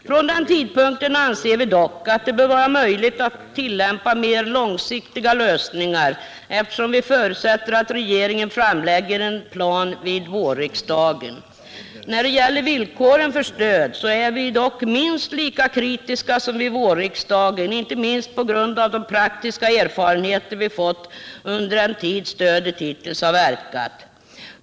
Från den tidpunkten anser vi dock att det bör vara möjligt att tillämpa mer långsiktiga lösningar, eftersom vi förutsätter att regeringen framlägger en sådan plan till vårriksdagen. När det gäller villkoren för stöd är vi dock minst lika kritiska som under vårriksdagen, inte minst på grund av de praktiska erfarenheter vi fått under den tid stödet hittills har verkat.